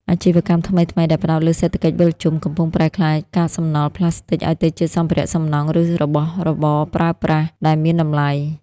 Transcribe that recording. អាជីវកម្មថ្មីៗដែលផ្ដោតលើសេដ្ឋកិច្ចវិលជុំ កំពុងប្រែក្លាយកាកសំណល់ប្លាស្ទិកឱ្យទៅជាសម្ភារៈសំណង់ ឬរបស់ប្រើប្រាស់ដែលមានតម្លៃ។